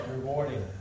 Rewarding